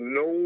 no